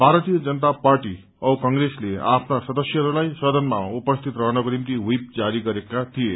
भारतीय जनता पार्टी औ क्रोसले आफ्ना सदस्यहरूलाई सदनमा उपस्थित रहनको निम्ति व्हीप जारी गरेका थिए